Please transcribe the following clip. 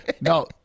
No